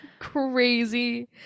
crazy